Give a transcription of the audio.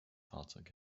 fahrzeug